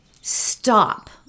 stop